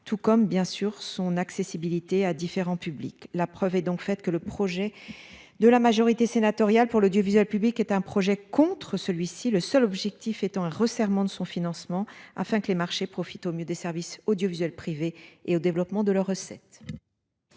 tout comme bien sûr son accessibilité à différents publics. La preuve est donc faite que le projet de la majorité sénatoriale pour l'audiovisuel public est un projet contre celui-ci. Le seul objectif étant un resserrement de son financement afin que les marchés profitent au mieux des services audiovisuels privés et au développement de la recette.